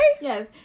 Yes